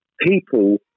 people